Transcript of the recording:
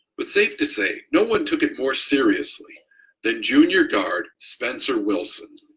but safe to say no one took it more seriously than junior guard spencer wilson.